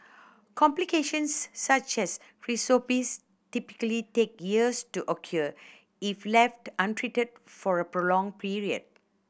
complications such as cirrhosis typically take years to occur if left untreated for a prolonged period